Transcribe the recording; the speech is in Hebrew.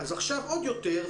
אז עכשיו עוד יותר,